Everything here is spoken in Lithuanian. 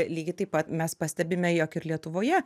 lygiai taip pat mes pastebime jog ir lietuvoje